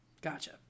Gotcha